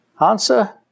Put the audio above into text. Answer